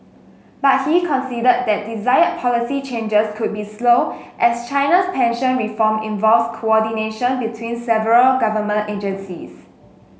but he conceded that desired policy changes could be slow as China's pension reform involves coordination between several government agencies